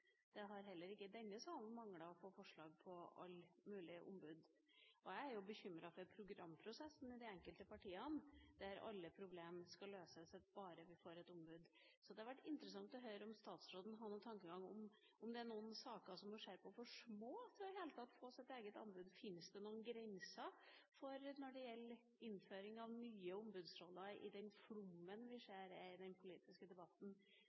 Jeg er bekymret for programprosessen i de enkelte partiene, der alle problemer skal løses bare vi får et ombud. Det hadde vært interessant å høre om statsråden har noen tanker om hvorvidt det er noen saker som hun ser på som for små til i det hele tatt å få sitt eget ombud. Fins det noen grenser for innføring av nye ombudsroller i den flommen vi ser er i den politiske debatten,